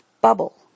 Bubble